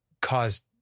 caused